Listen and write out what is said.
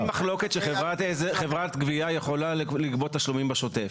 אין מחלוקת שחברת גבייה יכולה לגבות תשלומים בשוטף.